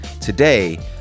Today